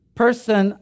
person